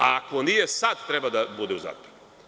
Ako nije, sada treba da bude u zatvoru.